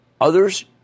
Others